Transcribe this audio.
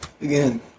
Again